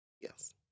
Yes